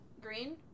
green